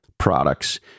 products